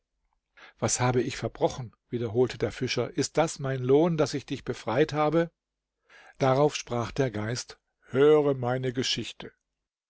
was habe ich verbrochen wiederholte der fischer ist das mein lohn daß ich dich befreit habe darauf sprach der geist höre meine geschichte